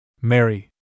Mary